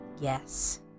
Yes